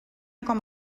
com